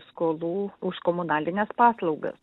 skolų už komunalines paslaugas